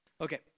Okay